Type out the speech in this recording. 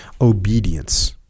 Obedience